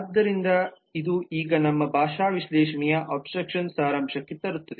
ಆದ್ದರಿಂದ ಇದು ಈಗ ನಮ್ಮ ಭಾಷಾ ವಿಶ್ಲೇಷಣೆಯ ಅಬ್ಸ್ಟ್ರಾಕ್ಷನ್ ಸಾರಾಂಶಕ್ಕೆ ತರುತ್ತದೆ